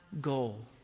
goal